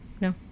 no